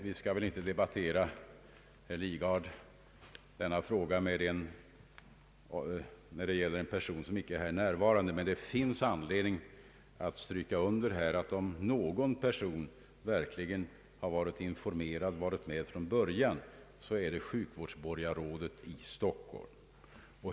Vi skall väl inte, herr Lidgard, här diskutera denna fråga närmare eftersom vederbörande person icke är närvarande. Men det finns anledning att stryka under, att om någon verkligen varit med från början så är det sjukvårdsborgarrådet i Stockholm.